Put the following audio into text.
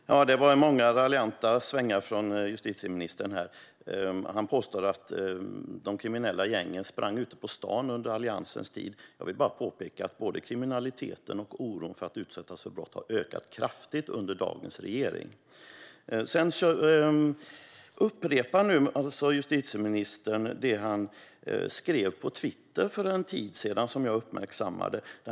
Herr talman! Det var många raljanta svängar från justitieministern. Han påstod att de kriminella gängen sprang ute på stan under Alliansens tid. Jag vill bara påpeka att både kriminaliteten och oron för att utsättas för brott har ökat kraftigt under dagens regering. Justitieministern upprepar nu det han skrev på Twitter för en tid sedan och som jag uppmärksammade.